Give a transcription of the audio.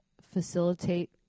facilitate